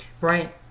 right